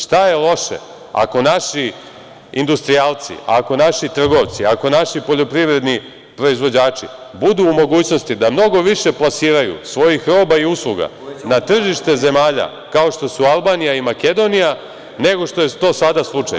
Šta je loše ako naši industrijalci, ako naši trgovci, ako naši poljoprivredni proizvođači budu u mogućnosti da mnogo više plasiraju svojih roba i usluga na tržište zemalja kao što su Albanija i Makedonija, nego što je to sada slučaj?